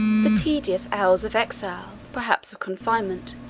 the tedious hours of exile, perhaps of confinement,